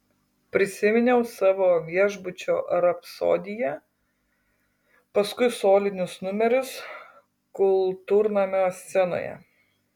prisiminiau savo viešbučio rapsodiją paskui solinius numerius kultūrnamio scenoje